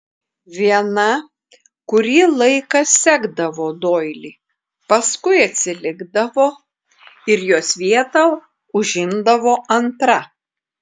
viena kurį laiką sekdavo doilį paskui atsilikdavo ir jos vietą užimdavo antra